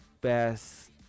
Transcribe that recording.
best